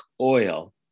oil